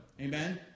amen